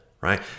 right